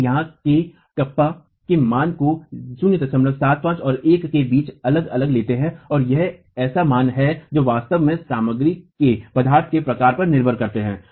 हम यहाँ K Kappa के मान को 075 और 1 के बीच अलग अलग लेते हैं और ये ऐसे मान हैं जो वास्तव में सामग्री के प्रकार पर निर्भर करते हैं